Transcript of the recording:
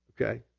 Okay